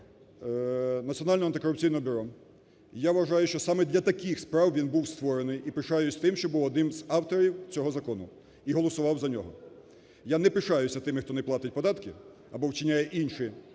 Національного антикорупційного бюро. І я вважаю, що саме для таких справ він був створений, і пишаюсь тим, що був одним з авторів цього закону і голосував за нього. Я не пишаюсь тими, хто не платить податки або вчиняє ін9ші